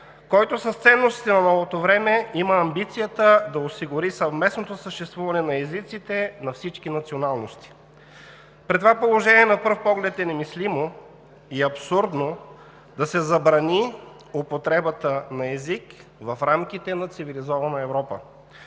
който с ценностите на новото време има амбицията да осигури съвместното съществуване на езиците на всички националности. При това положение на пръв поглед е немислимо и абсурдно да се забрани употребата на език в рамките на цивилизована Европа.